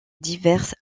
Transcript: diverses